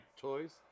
toys